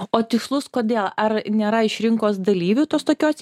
o tikslus kodėl ar nėra iš rinkos dalyvių tos tokios